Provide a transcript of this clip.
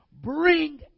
bring